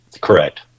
Correct